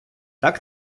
так